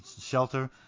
shelter